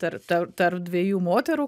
tar tar tarp dviejų moterų